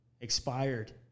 expired